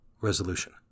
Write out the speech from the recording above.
Resolution